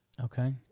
Okay